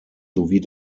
sowie